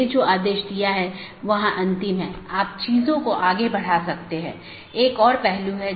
BGP चयन एक महत्वपूर्ण चीज है BGP एक पाथ वेक्टर प्रोटोकॉल है जैसा हमने चर्चा की